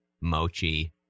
Mochi